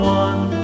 one